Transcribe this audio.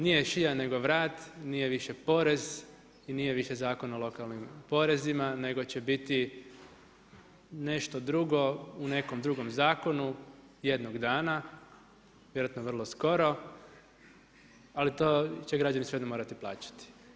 Nije šija nego vrat, nije više porez i nije više zakon o lokalnim porezima nego će biti nešto drugo u nekom drugom zakonu jednog dana, vjerojatno vrlo skoro ali to će građani svejedno morati plaćati.